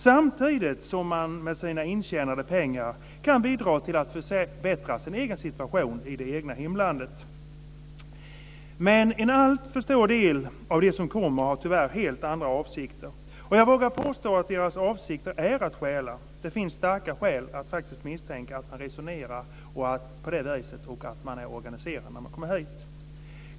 Samtidigt kunde de med sina intjänade pengar bidra till att förbättra sin situation i hemlandet. Men en alltför stor del av de som kommer har tyvärr helt andra avsikter. Jag vågar påstå att deras avsikt är att stjäla. Det finns starka skäl att misstänka att de resonerar på det viset och att resorna är organiserade.